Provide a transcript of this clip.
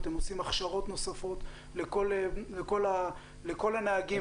אתם עושים הכשרות נוספות לכל הנהגים,